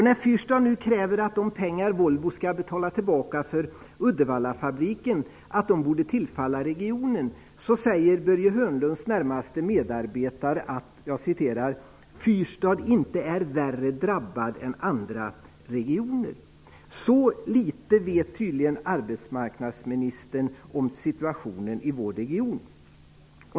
När Fyrstad nu kräver att de pengar som Volvo skall betala tillbaka för Uddevallafabriken skall tillfalla regionen, säger Börje Hörnlunds närmste medarbetare att ''Fyrstad inte är värre drabbad än andra regioner''. Så litet vet arbetsmarknadsministern tydligen om situationen i vår region.